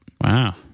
Wow